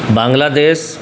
Bangladesh